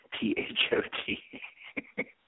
T-H-O-T